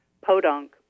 podunk